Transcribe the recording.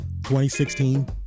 2016